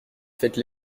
faites